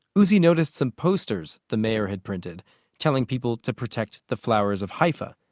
uzi noticed some posters the mayor had printed telling people to protect the flowers of haifa.